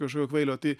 kažkokio kvailio tai